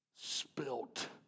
spilt